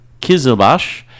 Kizilbash